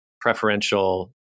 preferential